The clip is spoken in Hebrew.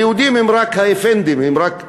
היהודים הם רק האפנדים, הם רק הקבלנים.